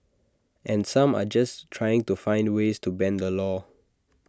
and some are just trying to find ways to bend the law